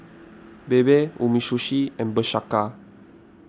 Bebe Umisushi and Bershka